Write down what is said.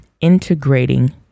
integrating